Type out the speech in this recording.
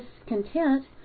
discontent